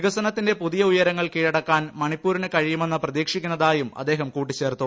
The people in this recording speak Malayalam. വികസനത്തിന്റെ പുതിയ ഉയരങ്ങൾ കീഴടക്കാൻ മണിപ്പൂരിന് കഴിയുമെന്ന് പ്രതീക്ഷിക്കുന്നതായും അദ്ദേഹം കൂട്ടിച്ചേർത്തു